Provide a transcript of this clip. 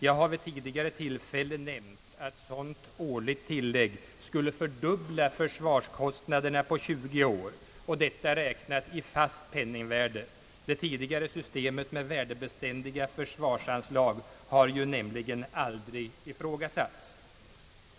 Jag har vid tidigare tillfällen nämnt att ett sådant årligt tillägg skulle fördubbla försvarskostnaderna på 20 år, och detta räknat i fast penningvärde. Det tidigare systemet med värdebeständiga försvarsanslag har ju nämligen aldrig ifrågasatts.